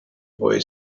boy